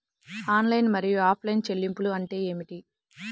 Online మరియు offline చెల్లింపులు అంటే ఏమిటి?